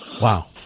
Wow